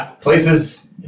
Places